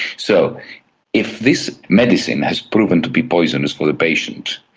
so if this medicine has proven to be poisonous for the patient,